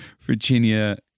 Virginia